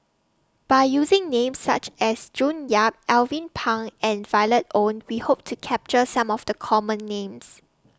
By using Names such as June Yap Alvin Pang and Violet Oon We Hope to capture Some of The Common Names